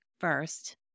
First